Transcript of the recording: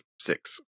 six